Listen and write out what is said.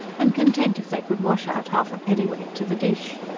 and content if they could wash out half-a-pennyweight to the dish.